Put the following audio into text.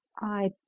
I